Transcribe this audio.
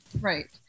right